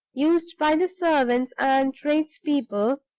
used by the servants and trades-people,